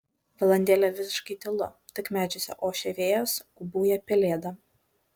valandėlę visiškai tylu tik medžiuose ošia vėjas ūbauja pelėda